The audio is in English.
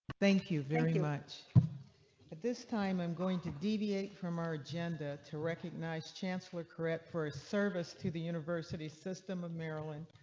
thank you very much at this time, time, i'm going to deviate from our agenda to recognize chancellor correct for a service to the university system of maryland.